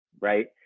right